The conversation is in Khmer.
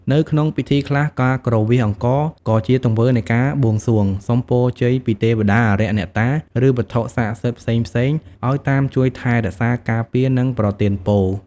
នៅក្នុងពិធីខ្លះ ការគ្រវាសអង្ករក៏ជាទង្វើនៃការបួងសួង សុំពរជ័យពីទេវតា អារក្ស អ្នកតា ឬវត្ថុស័ក្តិសិទ្ធិផ្សេងៗឲ្យតាមជួយថែរក្សា ការពារ និងប្រទានពរ។